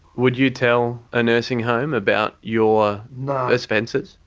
would you tell a nursing home about your offences?